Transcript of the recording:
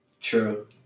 True